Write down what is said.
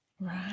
right